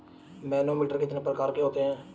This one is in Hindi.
मैनोमीटर कितने प्रकार के होते हैं?